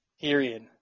Period